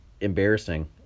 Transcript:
embarrassing